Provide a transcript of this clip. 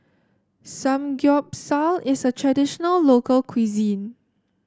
samgyeopsal is a traditional local cuisine